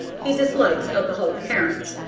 he dislikes alcoholic parents,